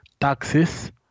taxes